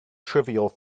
trivial